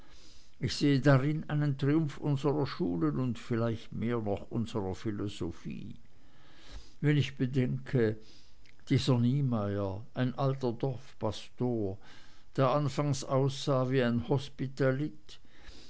ich sehe darin einen triumph unserer schulen und vielleicht mehr noch unserer philosophie wenn ich bedenke daß dieser niemeyer ein alter dorfpastor der anfangs aussah wie ein hospitalit